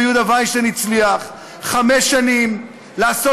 ויהודה וינשטיין הצליח חמש שנים לעשות